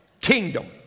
kingdom